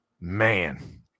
Man